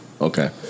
Okay